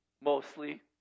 mostly